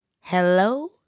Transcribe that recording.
Hello